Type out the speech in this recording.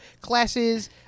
classes